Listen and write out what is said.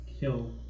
Kill